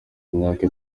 imyaka